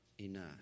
enough